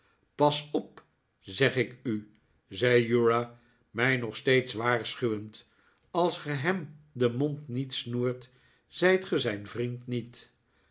pas op zeg ik u zei uriah mij nog steeds waarschuwend als ge hem den mond niet snoert zijt ge zijn vriend niet